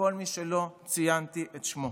מכל מי שלא ציינתי את שמו.